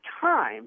time